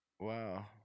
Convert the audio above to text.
Wow